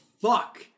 fuck